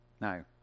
Now